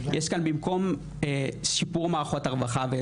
יש כאן במקום שיפור מערכות הרווחה,